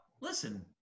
listen